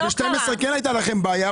כי ב-12' כן הייתה לכם בעיה,